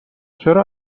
چرا